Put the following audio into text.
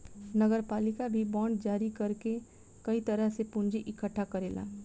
नगरपालिका भी बांड जारी कर के कई तरह से पूंजी इकट्ठा करेला